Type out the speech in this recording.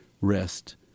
rest